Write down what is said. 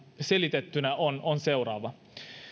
selitettynä on on seuraava